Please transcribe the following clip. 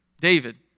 David